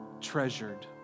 treasured